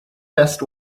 best